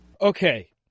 Okay